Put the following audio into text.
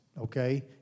okay